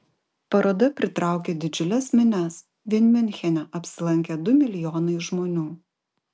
paroda pritraukė didžiules minias vien miunchene apsilankė du milijonai žmonių